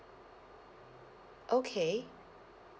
okay